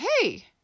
Hey